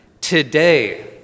Today